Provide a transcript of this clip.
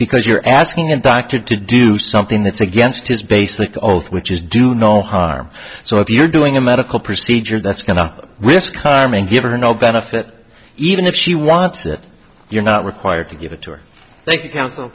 because you're asking a doctor to do something that's against his basic all which is do no harm so if you're doing a medical procedure that's going up with carmen give her no benefit even if she wants it you're not required to give a tour thank you